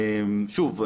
שוב,